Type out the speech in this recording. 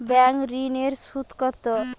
Bank ঋন এর সুদ কত?